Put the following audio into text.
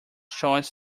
choice